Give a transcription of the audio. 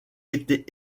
été